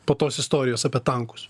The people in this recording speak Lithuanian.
po tos istorijos apie tankus